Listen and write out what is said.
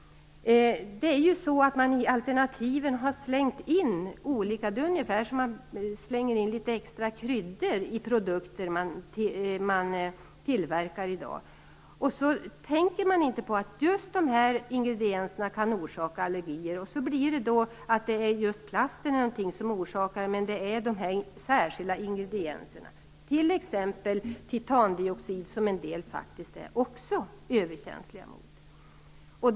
Ungefär som när man slänger i litet extra kryddor i produkter man tillverkar slänger man i dag i olika saker i alternativen. Man tänker inte på att just de ingredienserna kan orsaka allergier. Sedan heter det att det är plasten som orsakar allergierna, fast det är de olika ingredienserna. Det gäller t.ex. titandioxid, som en del är överkänsliga mot.